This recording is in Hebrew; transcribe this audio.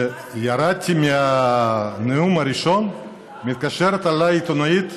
כשירדתי מהנאום הראשון מתקשרת אלי עיתונאית,